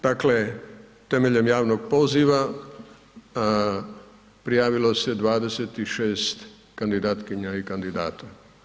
Dakle, temeljem javnog poziva prijavilo se 26 kandidatkinja i kandidata.